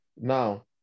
Now